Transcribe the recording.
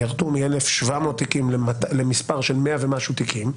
מ-1,700 תיקים ל-100 ומשהו תיקים,